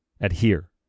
adhere